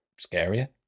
scarier